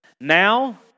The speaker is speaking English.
Now